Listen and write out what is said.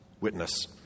witness